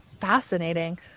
fascinating